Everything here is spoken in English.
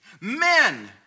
Men